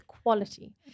quality